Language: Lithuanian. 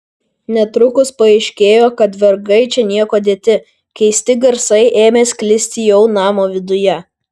netrukus paaiškėjo kad vergai čia niekuo dėti keisti garsai ėmė sklisti jau namo viduje